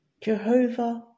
Jehovah